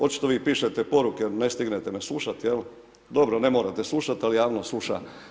Očito vi pišete poruke, ne stignete me slušat, jel, dobro ne morate slušat, al javnost sluša.